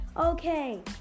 Okay